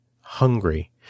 hungry